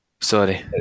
sorry